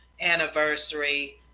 anniversary